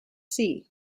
sea